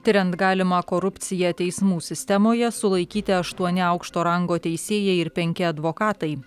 tiriant galimą korupciją teismų sistemoje sulaikyti aštuoni aukšto rango teisėjai ir penki advokatai